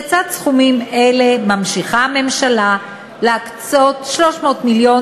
לצד סכומים אלה ממשיכה הממשלה להקצות 300 מיליון,